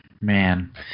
man